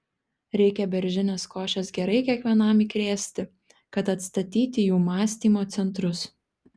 reikia beržinės košės gerai kiekvienam įkrėsti kad atstatyti jų mąstymo centrus